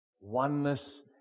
Oneness